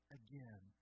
again